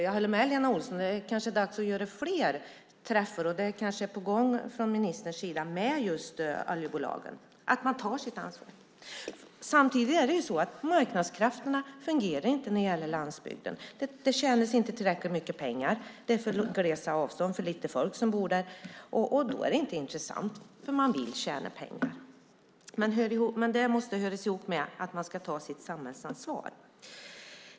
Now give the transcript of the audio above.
Jag håller med Lena Olsson om att det kanske är dags att ordna fler träffar med oljebolagen - det kanske är på gång från ministerns sida - för att de ska ta sitt ansvar. Samtidigt är det så att marknadskrafterna inte fungerar på landsbygden. Det är för stora avstånd och för lite folk som bor där, och då är det inte intressant, för man vill tjäna pengar. Men det måste höra ihop med att man ska ta sitt samhällsansvar.